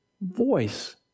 voice